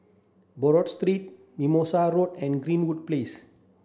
Buroh Street Mimosa Road and Greenwood Place